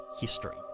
history